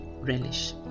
relish